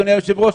אדוני היושב-ראש,